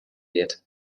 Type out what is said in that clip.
wird